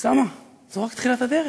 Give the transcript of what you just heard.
אוסאמה, זאת רק תחילת הדרך.